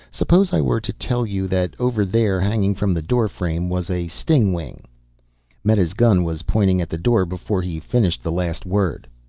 suppose i were to tell you that over there, hanging from the doorframe, was a stingwing meta's gun was pointing at the door before he finished the last word.